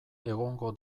egongo